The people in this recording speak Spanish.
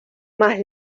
más